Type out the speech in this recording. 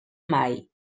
mai